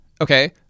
okay